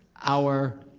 our,